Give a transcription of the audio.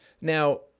Now